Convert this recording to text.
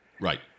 Right